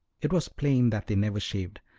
it was plain that they never shaved.